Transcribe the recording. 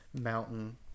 mountain